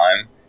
time